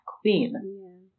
queen